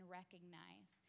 recognize